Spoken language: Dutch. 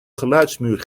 geluidsmuur